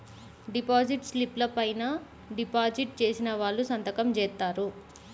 deposit స్లిపుల పైన deposit చేసిన వాళ్ళు సంతకం జేత్తారు